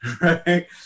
right